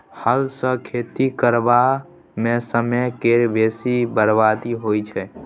हल सँ खेती करबा मे समय केर बेसी बरबादी होइ छै